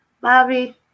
Bobby